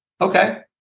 Okay